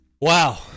Wow